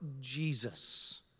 Jesus